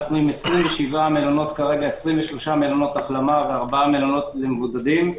אנחנו עם 23 מלונות החלמה ו-4 מלונות למבודדים.